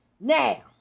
Now